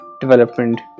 development